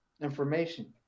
information